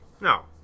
No